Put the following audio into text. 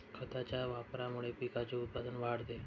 खतांच्या वापरामुळे पिकाचे उत्पादन वाढते